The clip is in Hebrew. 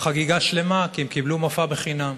חגיגה שלמה, כי הם קיבלו מופע בחינם.